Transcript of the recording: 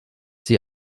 sie